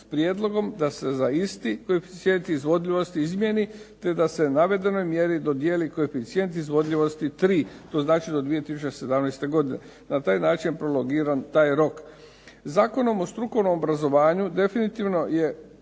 S prijedlogom da se za isti koeficijent izvodljivosti izmijeni te da se navedenoj mjeri dodijeli koeficijent izvodljivosti 3, to znači do 2017. godine. Na taj način je prolongiran taj rok. Zakonom o strukovnom obrazovanju definitivno je